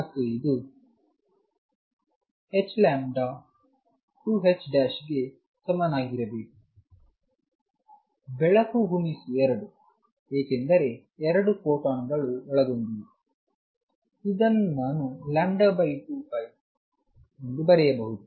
ಮತ್ತು ಇದು h ಬೆಳಕು ಗುಣಿಸು 2 ಏಕೆಂದರೆ 2 ಫೋಟಾನ್ಗಳು ಒಳಗೊಂಡಿವೆ ಇದನ್ನು ನಾನು 2ℏ2π ಬರೆಯಬಹುದು